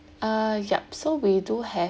uh yup so we do have